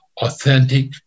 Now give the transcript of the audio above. authentic